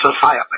society